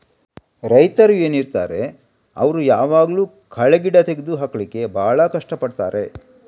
ರೈತರು ಏನಿರ್ತಾರೆ ಅವ್ರು ಯಾವಾಗ್ಲೂ ಕಳೆ ಗಿಡ ತೆಗ್ದು ಹಾಕ್ಲಿಕ್ಕೆ ಭಾಳ ಕಷ್ಟ ಪಡ್ತಾರೆ